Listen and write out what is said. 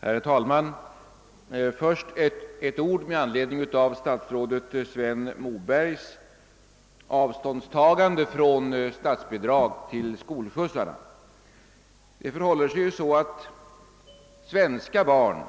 Herr talman! Först ett par ord med anledning av statsrådet Sven Mobergs avståndstagande från statsbidrag till skolskjutsarna. Svenska barn